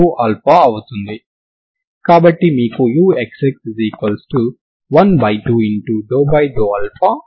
ఇది దీన్ని పునరావృతం చేయనివ్వదు కానీ మీరు ఈ ప్రారంభ విలువ కలిగిన సమస్యను ఏదైనా ఇతర సమస్యతో భర్తీ చేయవచ్చు